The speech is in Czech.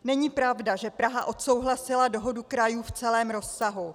Není pravda, že Praha odsouhlasila dohodu krajů v celém rozsahu.